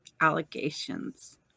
allegations